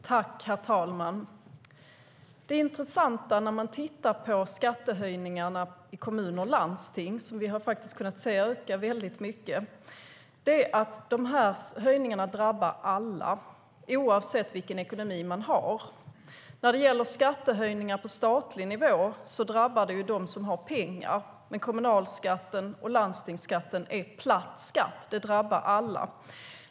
Herr talman! Det intressanta när man tittar på skattehöjningarna i kommuner och landsting, som vi har kunnat se ökar mycket, är att de drabbar alla oavsett vilken ekonomi man har. Skattehöjningar på statlig nivå drabbar dem som har pengar, men kommunalskatt och landstingsskatt är platt skatt och drabbar alla.